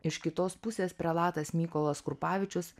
iš kitos pusės prelatas mykolas krupavičius